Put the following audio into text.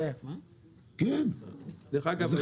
אנסה